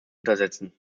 untersetzen